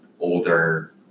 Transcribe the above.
older